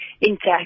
intact